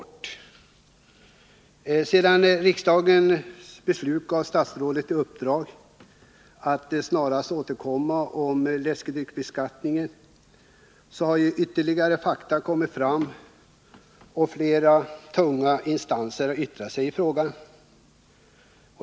Sedan riksdagen fattade beslutet att ge statsrådet i uppdrag att snarast återkomma med förslag rörande läskedrycksbeskattningen har ytterligare fakta kommit fram, och flera tunga instanser har yttrat sig i frågan.